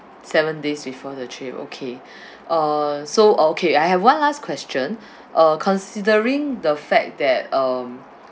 seven days before the trip okay uh so okay I have one last question uh considering the fact that um